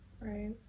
Right